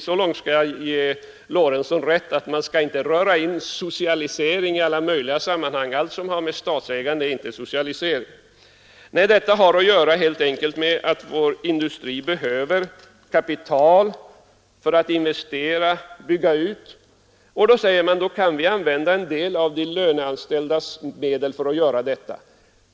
Så långt skall jag ge herr Lorentzon rätt, att man inte skall röra in begreppet socialisering i alla möjliga sammanhang — allt som har med statsägande att göra är inte socialisering. Nej, detta har helt enkelt att göra med att vår industri behöver kapital för att investera, för att bygga ut. Då säger man att vi kan använda en del av de löneanställdas medel för att göra detta.